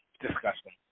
disgusting